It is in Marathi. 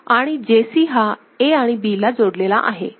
आणि JC हा A आणि B ला जोडलेला आहे